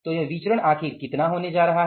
तो यह विचरण आखिर कितना होने जा रहा है